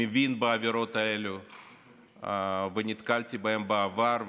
מבין בעבירות האלה ונתקלתי בהן בעבר,